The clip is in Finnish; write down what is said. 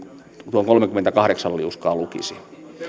tuon kolmekymmentäkahdeksan liuskaa lukisivat